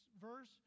verse